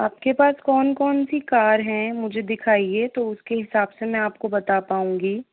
आपके पास कौन कौन सी कार हैं मुझे दिखाइये तो उसके हिसाब से मैं आपको बता पाऊँगी